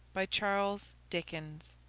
by charles dickens,